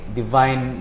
divine